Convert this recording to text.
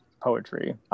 poetry